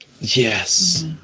Yes